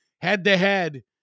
head-to-head